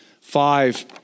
five